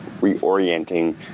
reorienting